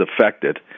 affected